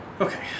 Okay